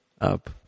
up